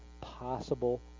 possible